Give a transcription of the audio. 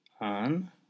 on